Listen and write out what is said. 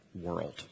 world